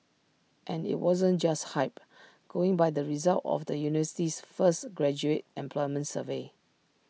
and IT wasn't just hype going by the results of the university's first graduate employment survey